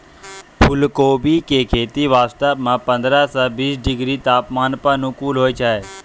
फुलकोबी के खेती वास्तॅ पंद्रह सॅ बीस डिग्री तापमान अनुकूल होय छै